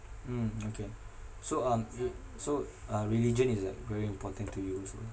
mm okay so um eh so uh religion is like very important to you also